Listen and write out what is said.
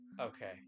okay